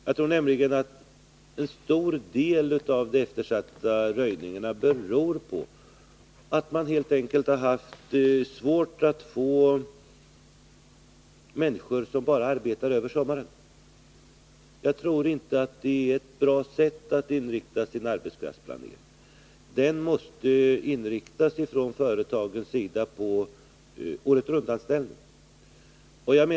Jag tror nämligen att en stor del av de eftersatta röjningarna beror på att man helt enkelt haft svårt att få människor som bara arbetar över sommaren. Jag tror inte att det är bra att inrikta sin arbetskraftsplanering på det sättet. Den måste från företagets sida inriktas på åretruntanställning.